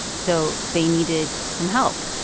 so they needed some help.